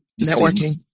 networking